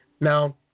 Now